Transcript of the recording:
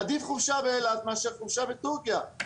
עדיף חופשה באילת מאשר חופשה בטורקיה.